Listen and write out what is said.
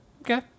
Okay